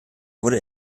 wurde